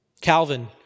Calvin